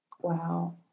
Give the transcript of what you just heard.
Wow